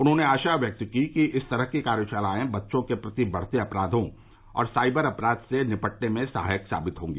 उन्होंने आशा व्यक्त की कि इस तरह की कार्यशालाएं बच्चों के प्रति बढ़ते अपराघों और साइबर अपराध से निपटने में सहायक साबित होंगी